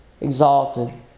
exalted